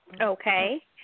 Okay